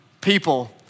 People